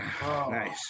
Nice